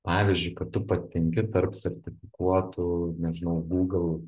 pavyzdžiui kad tu patenki tarp sertifikuotų nežinau google